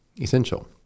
essential